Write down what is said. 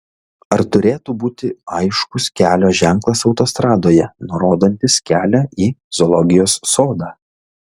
ar turėtų būti aiškus kelio ženklas autostradoje nurodantis kelią į zoologijos sodą